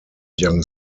young